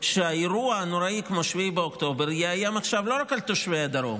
שאירוע נוראי כמו 7 באוקטובר יאיים עכשיו לא רק על תושבי הדרום,